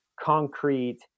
concrete